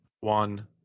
one